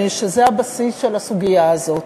שזה הבסיס של הסוגיה הזאת.